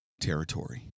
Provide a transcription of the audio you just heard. territory